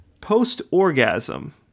post-orgasm